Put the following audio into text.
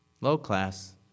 Low-class